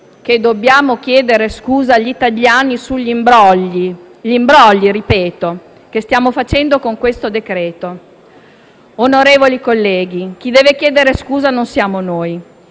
che dobbiamo chiedere scusa agli italiani sugli imbrogli - lo ripeto: gli imbrogli - che stiamo facendo con questo provvedimento. Onorevoli colleghi, chi deve chiedere scusa non siamo noi,